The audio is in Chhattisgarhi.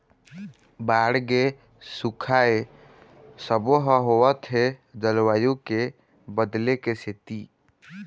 बाड़गे, सुखा ए सबो ह होवत हे जलवायु के बदले के सेती